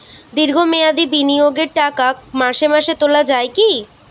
দীর্ঘ মেয়াদি বিনিয়োগের টাকা মাসে মাসে তোলা যায় কি?